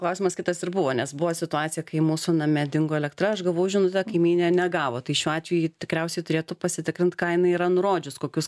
klausimas kitas ir buvo nes buvo situacija kai mūsų name dingo elektra aš gavau žinutę kaimynė negavo tai šiuo atveju ji tikriausiai turėtų pasitikrint ką jinai yra nurodžius kokius